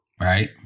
Right